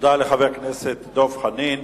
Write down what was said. תודה לחבר הכנסת דב חנין.